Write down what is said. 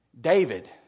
David